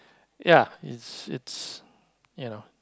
ya it's it's you know